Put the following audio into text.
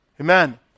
Amen